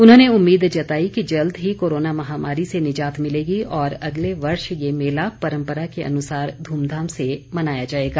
उन्होंने उम्मीद जताई कि जल्द ही कोरोना महामारी से निजात मिलेगी और अगले वर्ष ये मेला परम्परा के अनुसार धूमधाम से मनाया जाएगा